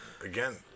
Again